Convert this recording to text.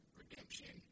redemption